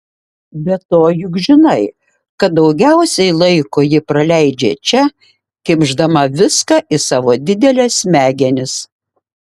be to juk žinai kad daugiausiai laiko ji praleidžia čia kimšdama viską į savo dideles smegenis